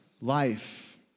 life